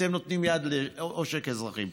אתם נותנים יד לעושק אזרחים.